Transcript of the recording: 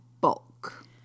bulk